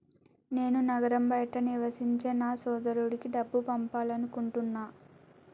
నేను నగరం బయట నివసించే నా సోదరుడికి డబ్బు పంపాలనుకుంటున్నా